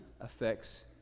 affects